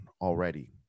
already